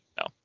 no